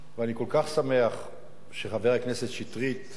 ואני כל כך שמח שחבר הכנסת שטרית,